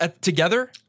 together